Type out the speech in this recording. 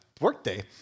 workday